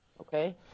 Okay